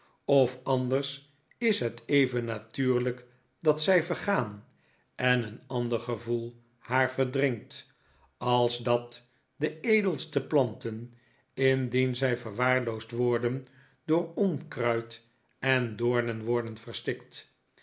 of anders is het even natuurlijk dat zij vergaan en een ander gevoel haar verdringt als dat de edelste planten indien zij verwaarloosd worden door onkruid en doornen worden verstikt